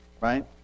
Right